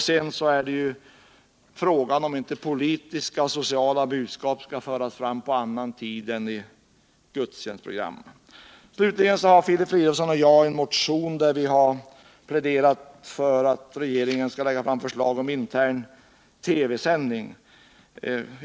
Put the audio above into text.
— Sedan är det frågan om inte politiska och sociala budskap skall föras fram på annan tid än i gudstjänstprogrammen. Filip Fridolfsson och jag har i en motion pläderat för att regeringen skall lägga fram förslag om intern TV-sändning.